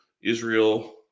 Israel